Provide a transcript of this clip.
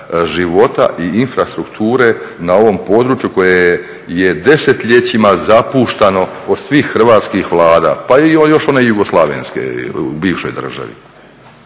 života i infrastrukture na ovom području koje je desetljećima zapuštano od svih hrvatskih vlada pa i još od one jugoslavenske u bivšoj državi.